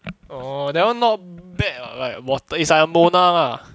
oh that one not bad lah like water is a mona lah